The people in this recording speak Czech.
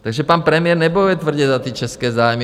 Takže pan premiér nebojuje tvrdě za české zájmy.